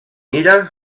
mira